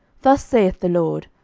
thus saith the lord,